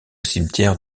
cimetière